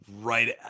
right –